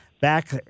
back